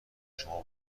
شما